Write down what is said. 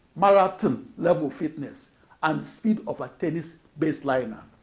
marathon level fitness and speed of a tennis baseliner.